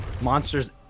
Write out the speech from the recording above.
Monsters